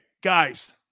guys